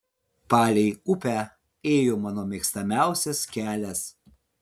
palei upę ėjo mano mėgstamiausias kelias